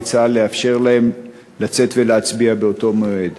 צה"ל לאפשר להם לצאת ולהצביע באותו מועד.